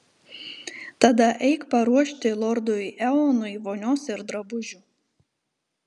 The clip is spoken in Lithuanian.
tada eik paruošti lordui eonui vonios ir drabužių